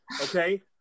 okay